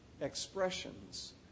expressions